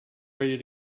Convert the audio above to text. ready